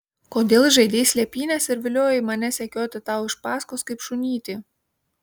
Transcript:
kodėl žaidei slėpynes ir viliojai mane sekioti tau iš paskos kaip šunytį